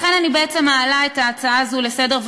לכן בעצם אני מעלה את ההצעה הזאת לסדר-היום,